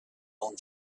own